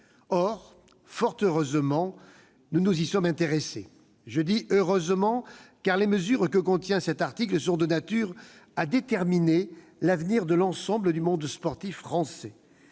loi. Fort heureusement, nous nous y sommes intéressés, car les mesures que contient cet article sont de nature à déterminer l'avenir de l'ensemble du monde sportif français